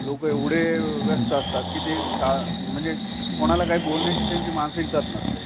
लोक एवढे व् व्यस्त असतात की ते सा म्हणजे कोणाला काही बोलण्याची त्यांची मानसिकतात नसते